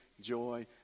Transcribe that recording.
Joy